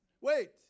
Wait